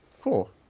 cool